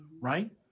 right